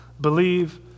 believe